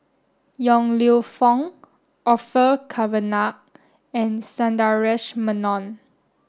Yong Lew Foong Orfeur Cavenagh and Sundaresh Menon